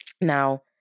now